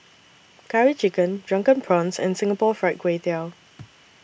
Curry Chicken Drunken Prawns and Singapore Fried Kway Tiao